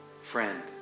friend